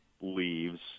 leaves